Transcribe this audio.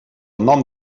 nom